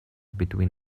between